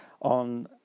on